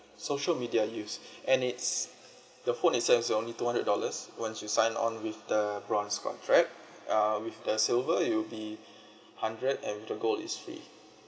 social media use and it's the phone itself is only two hundred dollars once you sign on with the bronze contract err with the silver it will be hundred and with the gold is free